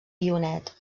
guionet